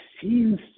seems